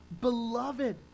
beloved